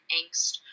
angst